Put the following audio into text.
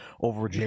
over